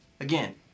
again